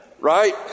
right